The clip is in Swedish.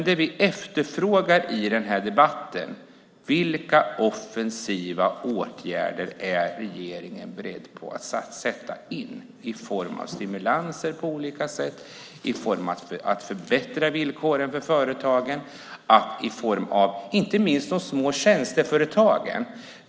Det vi efterfrågar i den här debatten är: Vilka offensiva åtgärder är regeringen beredd att sätta in i form av stimulanser på olika sätt och för att förbättra villkoren för de små företagen? Det gäller inte minst de små tjänsteföretagen.